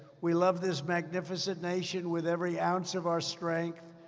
we love this magnificent nation with every ounce of our strength,